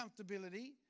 comfortability